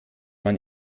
man